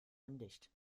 undicht